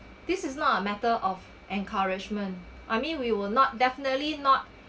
this is not a matter of encouragement I mean we will not definitely not